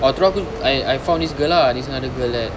oh terus aku I I found this girl ah this other girl at